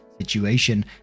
situation